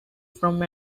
from